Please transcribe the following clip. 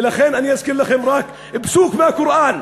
ולכן אני אזכיר לכם רק פסוק מהקוראן.